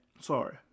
Sorry